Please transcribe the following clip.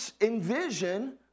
envision